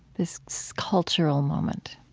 this so cultural moment?